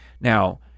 Now